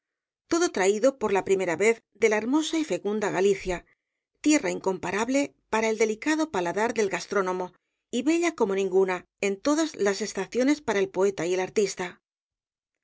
todo traído por la primera vez de la hermosa y fecunda galicia tierra incomparable para el delicado paladar del gastrónomo y bella como ninguna en todas las estaciones para el poeta y el artista